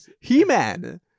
He-Man